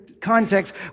context